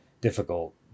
difficult